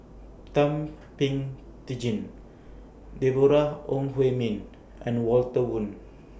Thum Ping Tjin Deborah Ong Hui Min and Walter Woon